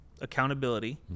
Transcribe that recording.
accountability